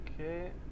okay